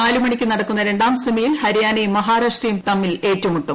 നാലുമണിക്ക് നടക്കുന്ന രണ്ടാം സെമിയിൽ ഹരിയാനയും മഹാരാഷ്ട്രയും തമ്മിലേറ്റുമുട്ടും